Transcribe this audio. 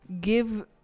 give